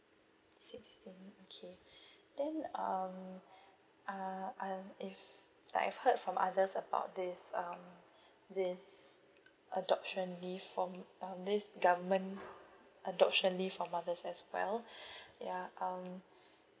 sixteen okay then um uh I've if I've heard from others about this um this adoption leave for me um this government adoption leave for mothers as well ya um